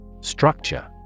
Structure